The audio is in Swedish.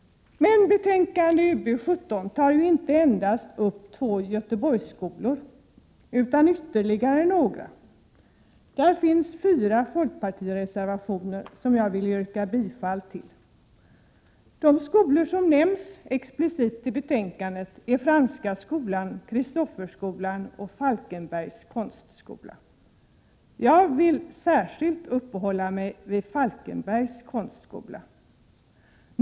Men utbildningsutskottets betänkande 17 gäller inte endast dessa två Göteborgsskolor utan också ytterligare några skolor. Till betänkandet finns fogade fyra folkpartireservationer, vilka jag yrkar bifall till. De skolor som nämns explicit i betänkandet är Franska skolan, Kristofferskolan och Falkenbergs konstskola. Jag vill särskilt uppehålla mig vid Falkenbergs konstskola.